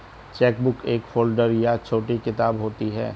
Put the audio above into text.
chequebook एक folder या छोटी किताब होती है